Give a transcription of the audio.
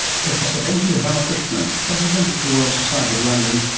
professor venki ramakrishnan, president of the royal society of london,